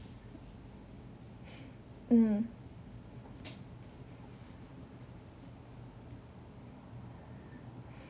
mm